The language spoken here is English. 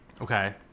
okay